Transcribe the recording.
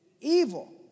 Evil